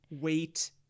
wait